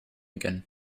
again